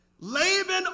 Laban